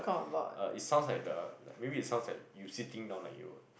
uh it sounds like the maybe it sounds like you sitting down like you